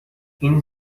این